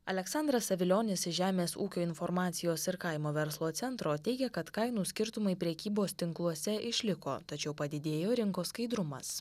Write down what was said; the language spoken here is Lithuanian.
aleksandras savilionis iš žemės ūkio informacijos ir kaimo verslo centro teigia kad kainų skirtumai prekybos tinkluose išliko tačiau padidėjo rinkos skaidrumas